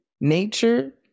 nature